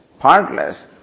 partless